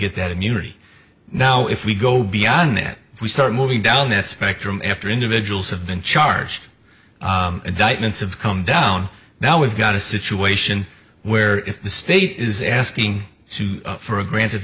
get that immunity now if we go beyond that if we start moving down that spectrum after individuals have been charged indictments have come down now we've got a situation where if the state is asking for a grant